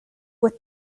with